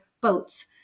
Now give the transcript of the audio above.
boats